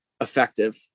effective